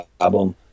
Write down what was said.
album